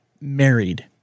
married